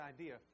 idea